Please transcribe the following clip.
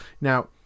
Now